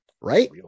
Right